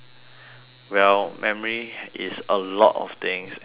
well memory is a lot of things and